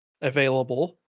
available